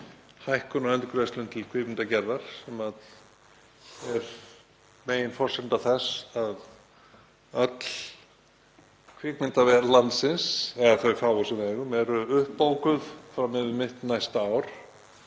hækkun á endurgreiðslum til kvikmyndagerðar, sem er meginforsenda þess að öll kvikmyndaver landsins, eða þau fáu sem við eigum, eru uppbókuð fram yfir mitt næsta ár